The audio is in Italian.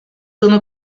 sono